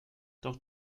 doch